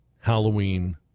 Halloween